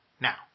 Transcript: Now